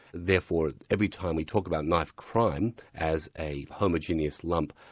therefore, every time we talk about knife crime as a homogenous lump,